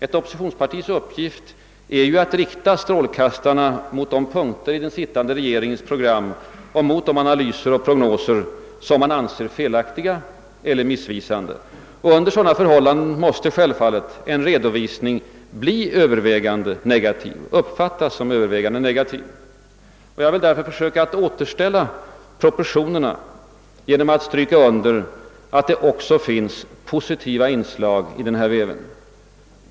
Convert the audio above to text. Ett oppositionspartis uppgift är att rikta strålkastarna mot de punkter i den sittande regeringens program och mot de analyser och prognoser som man anser felaktiga eller missvisande. Under sådana förhållanden måste självfallet en redovisning uppfattas som övervägande negativ. Jag vill därför försöka återställa proportionerna genom att stryka under att det också finns positiva inslag i väven.